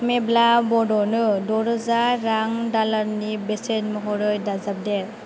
मेब्ला बड'नो द' रोजा रां दालालनि बेसेन महरै दाजाबदेर